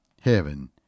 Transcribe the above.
Heaven